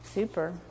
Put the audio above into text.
Super